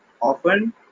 often